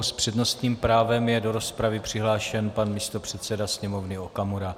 S přednostním právem je do rozpravy přihlášen pan místopředseda Sněmovny Okamura.